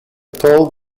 tall